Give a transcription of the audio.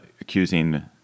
accusing